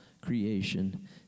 creation